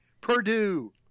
Purdue